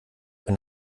wenn